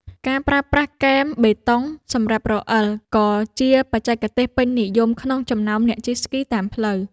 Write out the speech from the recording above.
ការប្រើប្រាស់គែមបេតុង សម្រាប់រអិល ក៏ជាបច្ចេកទេសពេញនិយមក្នុងចំណោមអ្នកជិះស្គីតាមផ្លូវ។